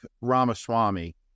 Ramaswamy